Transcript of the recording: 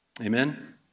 amen